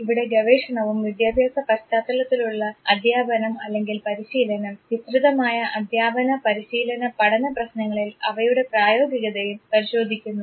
ഇവിടെ ഗവേഷണവും വിദ്യാഭ്യാസ പശ്ചാത്തലത്തിലുള്ള അധ്യാപനം അല്ലെങ്കിൽ പരിശീലനം വിസ്തൃതമായ അധ്യാപന പരിശീലന പഠന പ്രശ്നങ്ങളിൽ അവയുടെ പ്രായോഗികതയും പരിശോധിക്കുന്നു